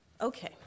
Okay